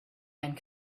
and